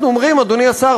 אנחנו אומרים: אדוני השר,